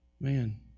man